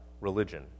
religion